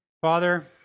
Father